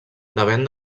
depèn